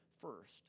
first